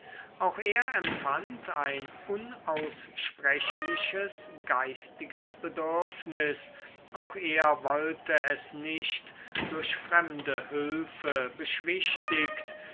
auch er empfand ein unaussprechliches geistiges bedürfnis auch er wollte es nicht durch fremde hülfe beschwichtigt